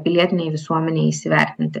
pilietinei visuomenei įsivertinti